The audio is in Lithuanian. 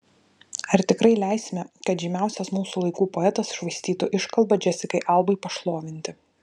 ar tikrai leisime kad žymiausias mūsų laikų poetas švaistytų iškalbą džesikai albai pašlovinti